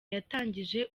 yatangije